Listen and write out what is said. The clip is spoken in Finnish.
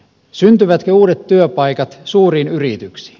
syntyvätkö uudet työpaikat suuriin yrityksiin